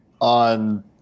on